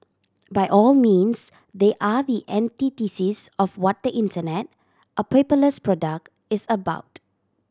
by all means they are the antithesis of what Internet a paperless product is about